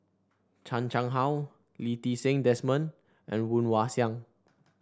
Chan Chang How Lee Ti Seng Desmond and Woon Wah Siang